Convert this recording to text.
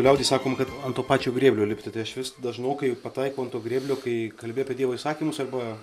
liaudy sakom kad ant to pačio grėblio lipti tai aš vis dažnokai pataikau ant to grėblio kai kalbi apie dievo įsakymus arba